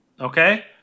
Okay